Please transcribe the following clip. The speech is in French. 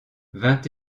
vingt